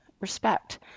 respect